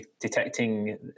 detecting